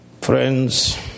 Friends